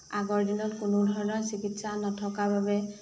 আগৰ দিনত কোনো ধৰণৰ চিকিৎসা নথকা বাবে